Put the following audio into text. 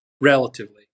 relatively